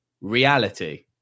reality